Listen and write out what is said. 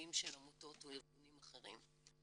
כעובדים של עמותות או ארגונים אחרים,